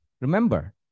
Remember